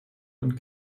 und